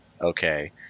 Okay